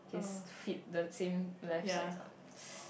his feet the same left side is up